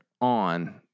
on